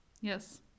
yes